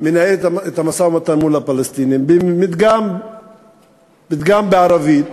מנהלת את המשא-ומתן מול הפלסטינים, פתגם בערבית: